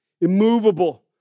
immovable